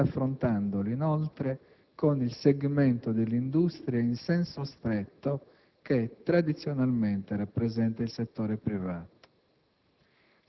e raffrontandoli inoltre con il segmento dell'industria in senso stretto che, tradizionalmente, rappresenta il settore privato.